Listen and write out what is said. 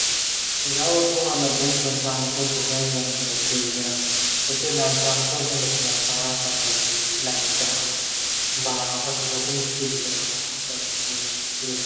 Zaho aloha la benoky antranoko ao tozay amy hotely any satria laha antranoka ao zaho mba tsy mihafahafa sady tsy lany drala. Mba afaky zaho koa mifidy ze raha tiako ko ketrehy.